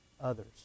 others